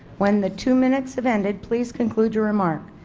when the two minutes have ended please conclude your remarks.